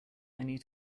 need